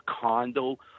condo